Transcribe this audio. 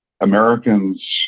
Americans